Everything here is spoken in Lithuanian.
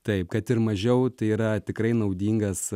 taip kad ir mažiau tai yra tikrai naudingas